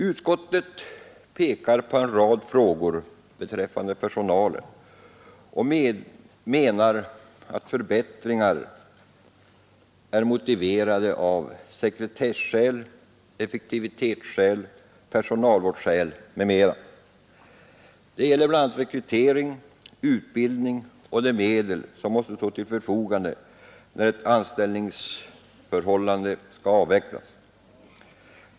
Utskottet pekar på en rad frågor beträffande personalen och menar att förbättringar är motiverade av sekretesskäl, effektivitetsskäl, personalvårdsskäl m.m. Det gäller bl.a. rekrytering och utbildning och de medel som måste stå till förfogande när ett anställningsförhållande skall avvecklas.